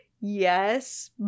yes